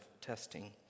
testing